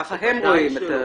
ככה הם רואים את זה.